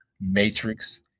matrix